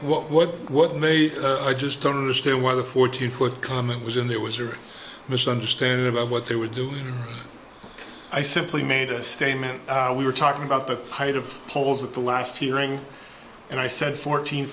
what what made i just don't understand why the fourteen foot comment was in there was your misunderstanding about what they were doing i simply made a statement we were talking about the height of polls at the last hearing and i said fourteen